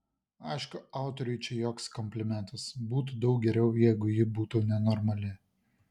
aišku autoriui čia joks komplimentas būtų daug geriau jeigu ji būtų nenormali